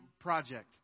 Project